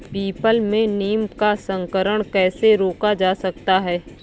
People में नीम का संकरण कैसे रोका जा सकता है?